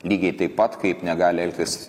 lygiai taip pat kaip negali elgtis